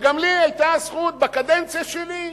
וגם לי היתה הזכות, בקדנציה שלי.